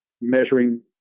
measuring